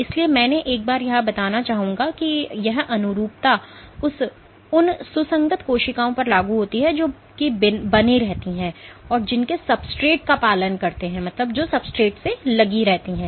इसलिए मैं एक बार यहां बताना चाहूंगा कि यह अनुरूपता उन सुसंगत कोशिकाओं पर लागू होती है जो कि बने रहते हैं जो उनके सब्सट्रेट का पालन करते हैं